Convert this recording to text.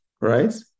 right